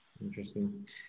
Interesting